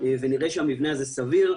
ונראה שהמבנה הזה סביר.